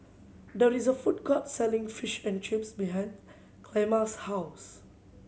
there is a food court selling Fish and Chips behind Clemma's house